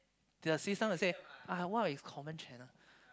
the system will say uh what is common channel